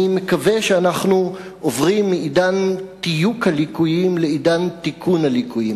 אני מקווה שאנחנו עוברים מעידן תיוק הליקויים לעידן תיקון הליקויים.